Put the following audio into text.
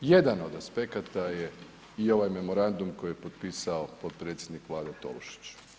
Jedan od aspekata je i ovaj memorandum koji je potpisao potpredsjednik Vlade Tolušić.